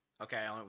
Okay